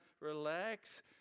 relax